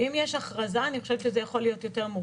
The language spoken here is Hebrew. אם יש איזושהי דרך להביא את כל המחוסנים בהסעה נפרדת או משהו כזה,